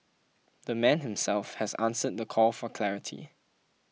the man himself has answered the call for clarity